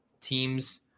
teams